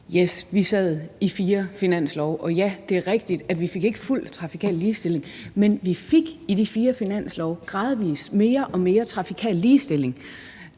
og det er rigtigt, at vi ikke fik fuld trafikal ligestilling. Men vi fik i de fire finanslove gradvis mere og mere trafikal ligestilling,